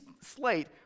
slate